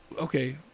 okay